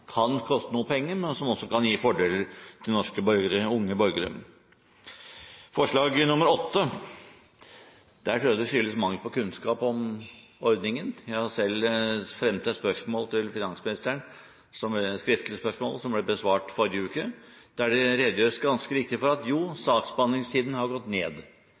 kan koste noen penger, men som kan gi fordeler til unge borgere. Når det gjelder kommentarene til forslag nr. 8, tror jeg de skyldes mangel på kunnskap om ordningen. Jeg har selv sendt et skriftlig spørsmål til finansministeren som ble besvart i forrige uke. Der redegjøres det ganske riktig for at saksbehandlingstiden har gått ned,